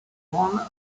one